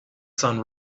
sun